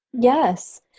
Yes